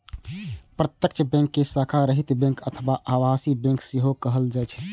प्रत्यक्ष बैंक कें शाखा रहित बैंक अथवा आभासी बैंक सेहो कहल जाइ छै